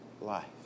life